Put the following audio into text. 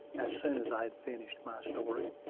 as soon as i had finished my story.